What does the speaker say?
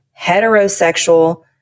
heterosexual